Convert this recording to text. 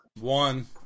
One